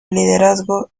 liderazgo